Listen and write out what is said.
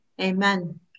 Amen